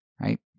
right